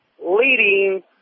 leading